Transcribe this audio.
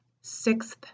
sixth